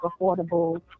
affordable